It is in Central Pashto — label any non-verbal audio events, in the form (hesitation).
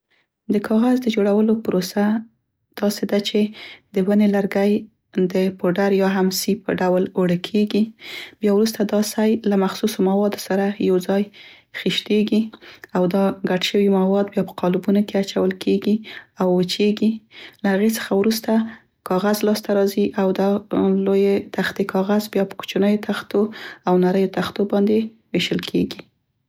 د کاغذ د جوړول پروسه داسې ته چې د ونې لرګی د پوډر یا هم سي په ډول اړه کیګي، بیا وروسته دا سی له مخصوصو موادو سره یو ځای خیشتیګي، او دا ګډ شوي مواد بیا په قالبونو کې اچول کیګي او وچیګي. (hesitation) له هغې څخه وروسته کاغذ لاسته راځي او دا لویې تختې کاغذ بیا په کوچنیو تختو او نریو تختو باندې ویشل کیګي.